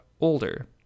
older